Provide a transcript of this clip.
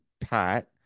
Pat